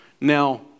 Now